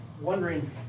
wondering